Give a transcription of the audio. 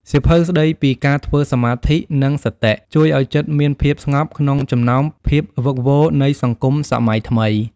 សៀវភៅស្ដីពីការធ្វើសមាធិ និងសតិ ជួយឱ្យចិត្តមានភាពស្ងប់ក្នុងចំណោមភាពវឹកវរនៃសង្គមសម័យថ្មី។